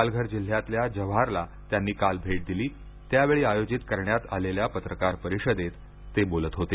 पालघर जिल्ह्यातल्या जव्हारला त्यांनी काल भेट दिली त्यावेळी आयोजित करण्यात आलेल्या पत्रकार परिषदेत ते बोलत होते